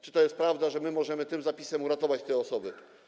Czy to jest prawda, że my możemy tym zapisem uratować te osoby?